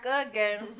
again